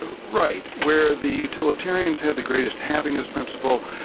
ah right. where the utilitarians had the greatest happiness principle,